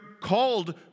called